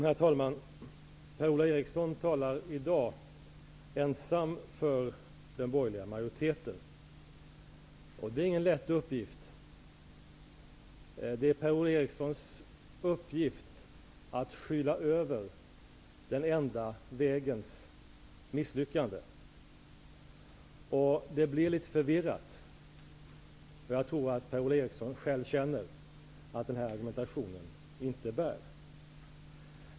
Herr talman! Per-Ola Eriksson talar i dag ensam för den borgerliga majoriteten. Det är ingen lätt uppgift. Det är Per-Ola Erikssons uppgift att skyla över den enda vägens misslyckanden. Det blir litet förvirrat, och jag tror att Per-Ola Eriksson själv känner att denna argumentation inte bär.